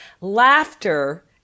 laughter